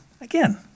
again